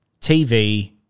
TV